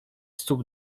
stóp